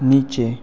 नीचे